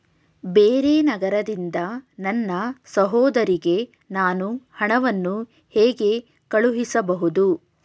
ಬೇರೆ ನಗರದಿಂದ ನನ್ನ ಸಹೋದರಿಗೆ ನಾನು ಹಣವನ್ನು ಹೇಗೆ ಕಳುಹಿಸಬಹುದು?